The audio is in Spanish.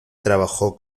trabajó